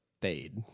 Fade